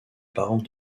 parents